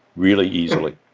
really easily,